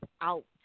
out